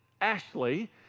Ashley